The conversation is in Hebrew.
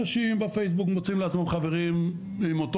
אנשים בפייסבוק מוצאים לעצמם חברים עם אותו